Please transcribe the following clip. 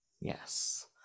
yes